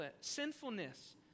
sinfulness